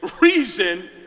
reason